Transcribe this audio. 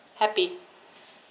happy